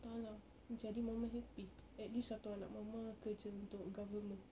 entah lah jadi mama happy at least satu anak mama kerja untuk government